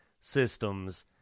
systems